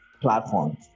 platform